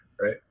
right